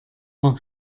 war